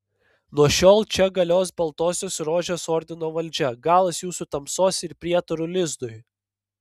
nuo šiol čia galios baltosios rožės ordino valdžia galas jūsų tamsos ir prietarų lizdui